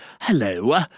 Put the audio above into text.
Hello